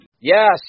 Yes